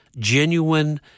genuine